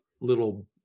little